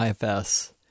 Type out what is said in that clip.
IFS